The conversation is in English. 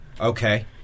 Okay